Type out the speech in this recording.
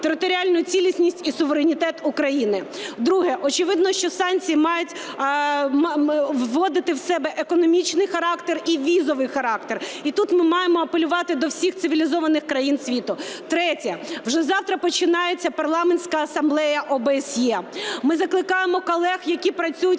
територіальну цілісність і суверенітет України. Друге. Очевидно, що санкції мають вводити в себе економічний характер і візовий характер. І тут ми маємо апелювати до всіх цивілізованих країн світу. Третє. Вже завтра починається Парламентська асамблея ОБСЄ. Ми закликаємо колег, які працюють